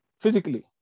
physically